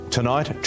Tonight